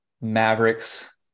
Mavericks